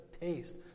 taste